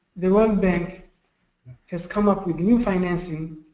the world bank has come up with new financing